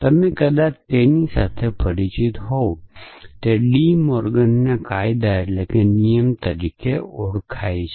અને તમે કદાચ તેમની સાથે પરિચિત હોવ તેઓ ડી મોર્ગન કાયદા તરીકે ઓળખાય છે